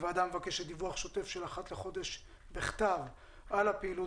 הוועדה מבקשת דיווח שוטף של אחת לחודש בכתב על הפעילות